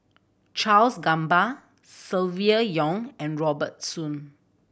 Charles Gamba Silvia Yong and Robert Soon